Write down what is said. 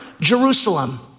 Jerusalem